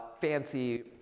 fancy